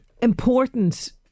important